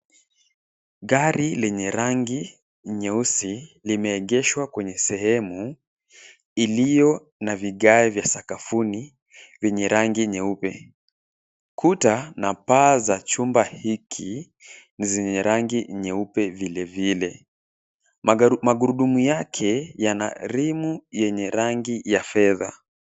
Gari lenye rangi nyeusi limeegeshwa kwenye sehemu ilio na vigae vya sakafuni vyenye rangi nyeupe, kuta na paa za jumba hiki ni zenye rangi nyeupe vile vile, magurudumu yake yana remuu enye rangi ya fedha.